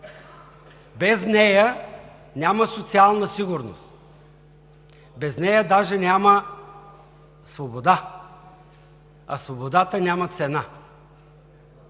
Без нея няма социална сигурност. Без нея даже няма свобода, а свободата няма цена.